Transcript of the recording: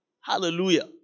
Hallelujah